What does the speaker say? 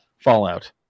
Fallout